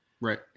Right